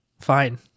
fine